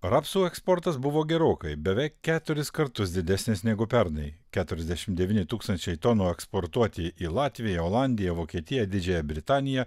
rapsų eksportas buvo gerokai beveik keturis kartus didesnis negu pernai keturiasdešimt devyni tūkstančiai tonų eksportuoti į latviją olandiją vokietiją didžiąją britaniją